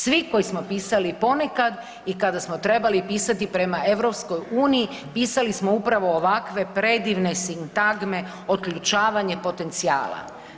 Svi koji smo pisali ponekad i kada smo trebali pisati prema EU pisali smo upravo ovakve predivne sintagme otključavanje potencijala.